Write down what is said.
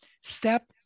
step